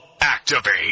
activate